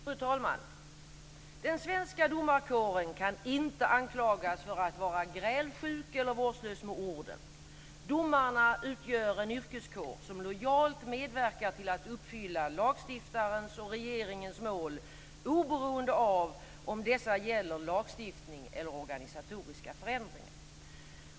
Fru talman! Den svenska domarkåren kan inte anklagas för att vara grälsjuk eller vårdslös med orden. Domarna utgör en yrkeskår som lojalt medverkar till att uppfylla lagstiftarens och regeringens mål oberoende av om dessa gäller lagstiftning eller organisatoriska förändringar.